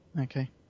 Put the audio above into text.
okay